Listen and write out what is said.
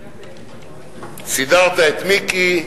סידרת את מיקי,